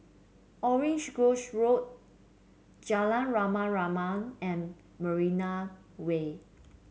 Orange Grove Road Jalan Rama Rama and Marina Way